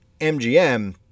MGM